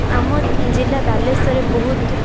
ଆମ ଜିଲ୍ଲା ବାଲେଶ୍ୱରରେ ବହୁତ